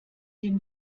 dem